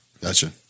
Gotcha